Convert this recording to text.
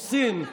עושים.